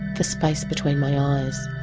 the space between my eyes.